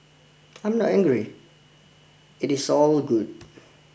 I'm not angry it is all good